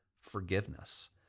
forgiveness